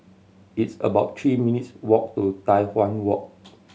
it's about three minutes' walk to Tai Hwan Walk